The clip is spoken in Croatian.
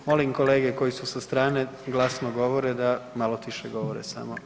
Molim kolege koji su sa strane i glasno govore da malo tiše govore samo.